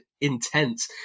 intense